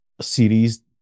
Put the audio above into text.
series